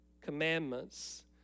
commandments